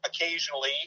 occasionally